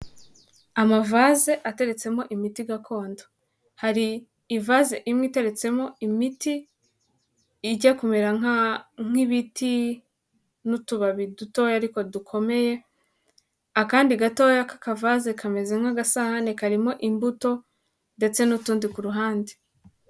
Amavase ateretsemo imiti gakondo, hari ivase imwe iteretsemo imiti ijya kumera nk'ibiti n'utubabi dutoya ariko dukomeye, akandi gatoya k'akavaze kameze nk'agasahane karimo imbuto ndetse n'utundi ku ruhande.